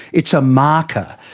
it's a marker.